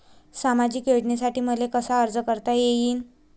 सामाजिक योजनेसाठी मले कसा अर्ज करता येईन?